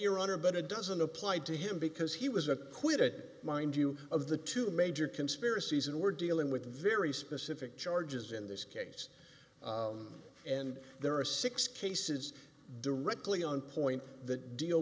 your honor but it doesn't apply to him because he was acquitted mind you of the two major conspiracies and we're dealing with very specific charges in this case and there are six cases directly on point that deal